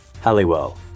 Halliwell